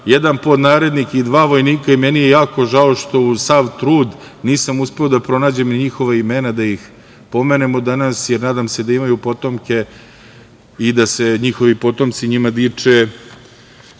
jedan podnarednik i dva vojnika i meni je jako žao što, uz sav trud, nisam uspeo da pronađem njihova imena, da ih pomenemo danas, jer nadam se da imaju potomke i da se njihovi potomci njima diče